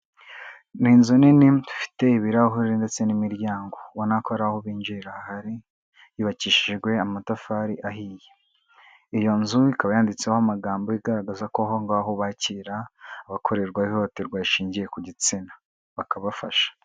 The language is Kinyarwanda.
Ni inzu nini dufite ibirahure ndetse n'imiryango ubona ko hari aho binjira hahari yubakishijwe amatafari ahiye, iyo nzu ikaba yanditseho amagambo igaragaza ko aho ngaho bakira abakorerwa ihohoterwa rishingiye ku gitsina bakabafasha.